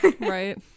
Right